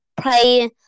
play